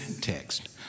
text